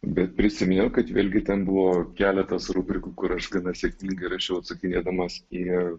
bet prisiminiau kad vėlgi ten buvo keletas rubrikų kur aš gana sėkmingai rašiau atsakinėdamas į